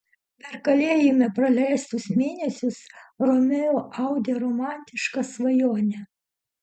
per kalėjime praleistus mėnesius romeo audė romantišką svajonę